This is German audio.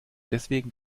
deswegen